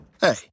Hey